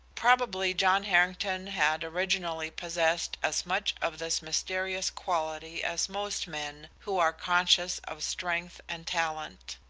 probably john harrington had originally possessed as much of this mysterious quality as most men who are conscious of strength and talent.